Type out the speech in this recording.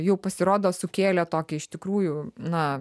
jau pasirodo sukėlė tokį iš tikrųjų na